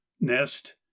nest